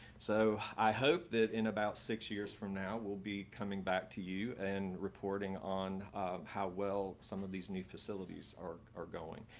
so i hope that in about six years from now, we'll be coming back to you and reporting on how well some of these new facilities are are going.